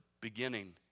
beginning